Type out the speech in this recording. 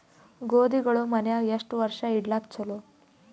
ಗೋಧಿಗಳು ಮನ್ಯಾಗ ಎಷ್ಟು ವರ್ಷ ಇಡಲಾಕ ಚಲೋ?